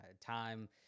time